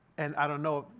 and i don't know.